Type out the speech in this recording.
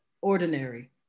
ordinary